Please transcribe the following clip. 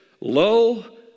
Lo